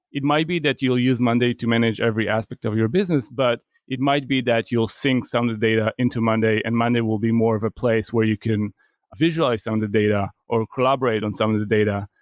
it might be that you'll use monday to manage every aspect of of your business, but it might be that you'll sync some data into monday and monday will be more of a place where you can visualize some of the data or collaborate on some of the data.